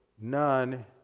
none